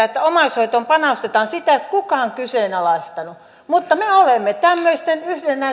että omaishoitoon panostetaan sitä ei ole kukaan kyseenalaistanut mutta me olemme tämmöisten